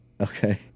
Okay